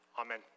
Amen